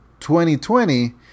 2020